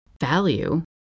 value